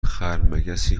خرمگسی